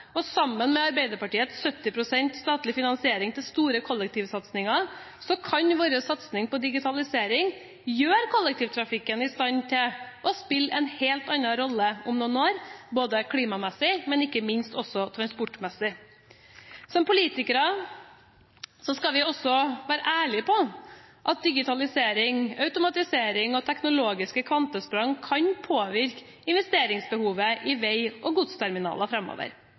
velkommen. Sammen med Arbeiderpartiets 70 pst. statlige finansiering til store kollektivsatsinger kan vår satsing på digitalisering gjøre kollektivtrafikken i stand til å spille en helt annen rolle om noen år, både klimamessig og – ikke minst – transportmessig. Som politikere skal vi også være ærlige på at digitalisering, automatisering og teknologiske kvantesprang kan påvirke behovet for å investere i vei og godsterminaler framover.